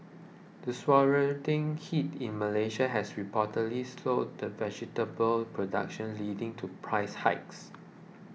the heat in Malaysia has reportedly slowed the vegetable production leading to price hikes